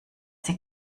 sie